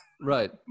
right